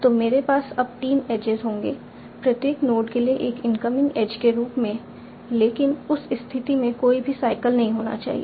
तो मेरे पास अब 3 एजेज होंगे प्रत्येक नोड के लिए एक इनकमिंग एज के रूप में लेकिन उस स्थिति में कोई भी साइकल नहीं होना चाहिए